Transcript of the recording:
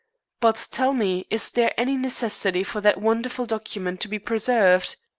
but, tell me, is there any necessity for that wonderful document to be preserved?